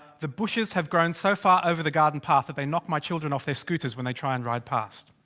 the bushes have grown so far over the garden path that they knock my children off their scooters when they try and ride past.